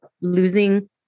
losing